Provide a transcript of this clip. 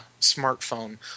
smartphone